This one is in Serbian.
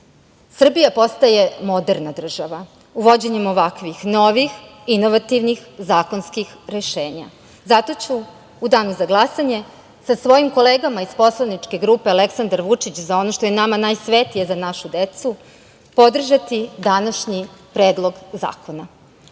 postaje moderna država uvođenjem ovakvih novih, inovativnih zakonskih rešenja. Zato ću u danu za glasanje sa svojim kolegama iz poslaničke grupe Aleksandar Vučić, za ono što je nama najsvetije – Za našu decu, podržati današnji Predlog zakona.